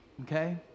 Okay